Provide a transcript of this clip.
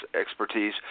expertise